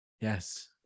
yes